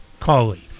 collie